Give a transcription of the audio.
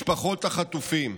משפחות החטופים: